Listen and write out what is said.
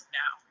now